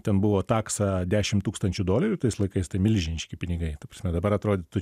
ten buvo taksa dešim tūkstančių dolerių tais laikais tai milžiniški pinigai ta prasme dabar atrodytų